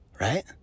right